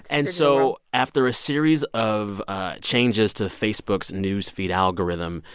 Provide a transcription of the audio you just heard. and so after a series of changes to facebook's news feed algorithm,